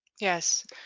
Yes